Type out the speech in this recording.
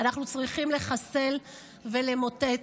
אנחנו צריכים לחסל ולמוטט.